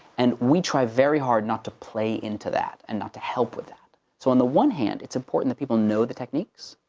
and we try very hard not to play in to that, and not to help with that. so on the one hand, it's important that people know the techniques,